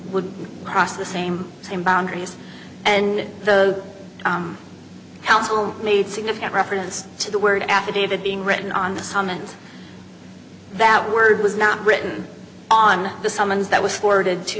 would cross the same same boundaries and the council made significant reference to the word affidavit being written on the summons that word was not written on the summons that was forwarded to